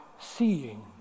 seeing